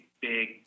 big